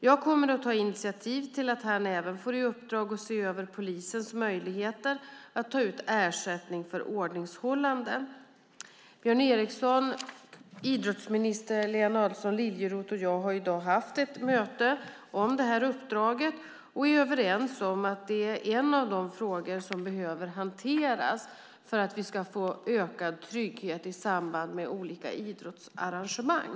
Jag kommer att ta initiativ till att han även får i uppdrag att se över polisens möjligheter att ta ut ersättning för ordningshållande. Björn Eriksson, idrottsminister Lena Adelsohn Liljeroth och jag har i dag haft ett möte om det här uppdraget och är överens om att det är en av de frågor som behöver hanteras för att vi ska få ökad trygghet i samband med olika idrottsarrangemang.